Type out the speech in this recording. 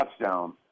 touchdown